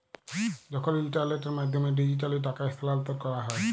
যখল ইলটারলেটের মাধ্যমে ডিজিটালি টাকা স্থালাল্তর ক্যরা হ্যয়